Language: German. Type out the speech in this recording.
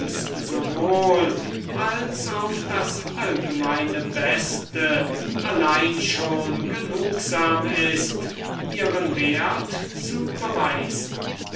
wohl als auf das allgemeine beste allein schon genugsam ist ihren wert zu beweisen